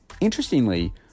Interestingly